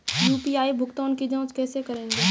UPI भुगतान की जाँच कैसे करेंगे?